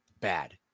bad